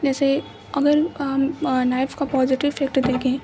جیسے اگر نائف کا پازیٹو افکٹ دیکھیں